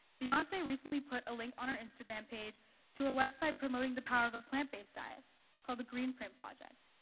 beyonce recently put a link on her instagram page to a website promoting the power of a plant-based diet called the green print project.